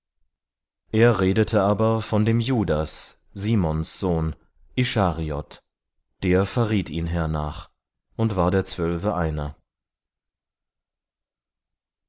er redete aber von dem judas simons sohn ischariot der verriet ihn hernach und war der zwölfe einer